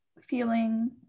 feeling